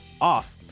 off